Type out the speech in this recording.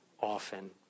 often